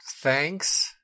Thanks